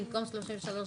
במקום 33(1),